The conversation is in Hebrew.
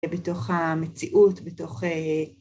בתוך המציאות, בתוך...